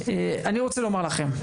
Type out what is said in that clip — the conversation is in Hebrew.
אני רוצה לומר לכם,